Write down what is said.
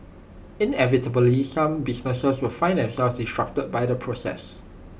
inevitably some businesses will find themselves disrupted by the process